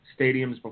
stadiums